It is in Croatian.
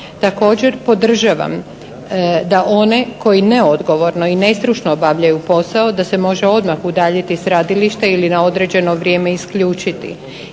Također podržavam da one koji neodgovorno i nestručno obavljaju posao da se može odmah udaljiti s radilišta ili na određeno vrijeme isključiti.